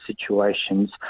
situations